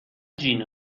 وای